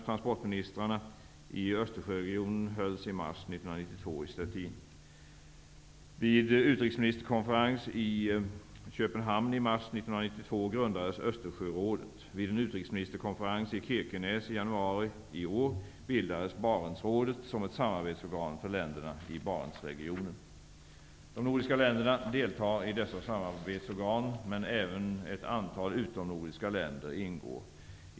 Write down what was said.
1992 grundades Östersjörådet. Vid en utrikesministerkonferens i Kirkenes i januari i år bildades Barentsrådet som ett samarbetsorgan för länderna i Barentsregionen. De nordiska länderna deltar i dessa samarbetsorgan, men även ett antal utomnordiska länder ingår.